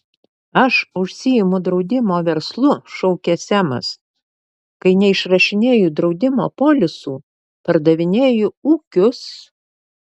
aš užsiimu draudimo verslu šaukė semas kai neišrašinėju draudimo polisų pardavinėju ūkius